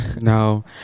No